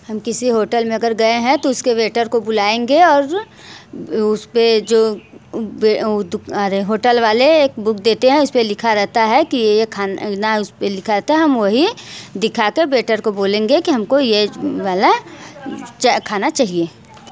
हम किसी होटल में अगर गए हैं तो उसके वेटर को बुलाएँगे और उस पर जो अरे होटल वाले एक बुक देते हैं उस पर लिखा रहता है की एक खाना न उस पर लिखा रहता है हम वही दिखा कर वेटर को बोलेंगे की हम को यह वाला च खाना चाहिए